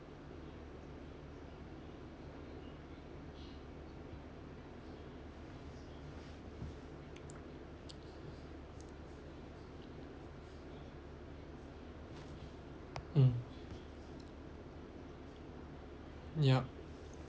mm yup